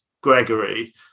Gregory